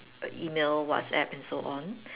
email WhatsApp and so on